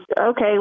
okay